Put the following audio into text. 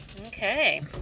Okay